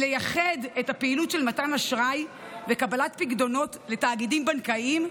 היא לייחד את הפעילות של מתן אשראי וקבלת פיקדונות לתאגידים בנקאיים,